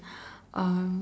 um